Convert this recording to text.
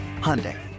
Hyundai